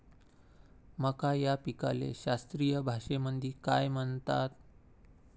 मका या पिकाले शास्त्रीय भाषेमंदी काय म्हणतात?